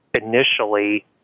initially